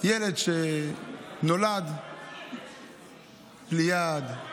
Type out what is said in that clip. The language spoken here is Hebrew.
ילד שנולד בלי יד,